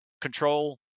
control